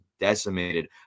decimated